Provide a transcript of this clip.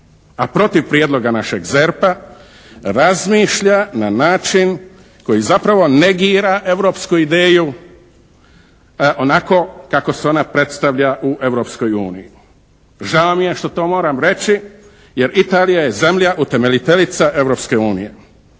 a protiv Prijedloga našeg ZERP-a razmišlja na način koji zapravo negira europsku ideju onako kako se ona predstavlja u Europskoj uniji. Žao mi je što to moram reći jer Italija je zemlje utemeljiteljica